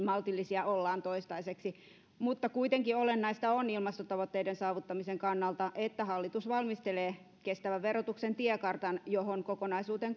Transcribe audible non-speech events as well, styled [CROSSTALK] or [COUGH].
[UNINTELLIGIBLE] maltillisia ollaan toistaiseksi mutta kuitenkin olennaista on ilmastotavoitteiden saavuttamisen kannalta että hallitus valmistelee kestävän verotuksen tiekartan jonka kokonaisuuteen [UNINTELLIGIBLE]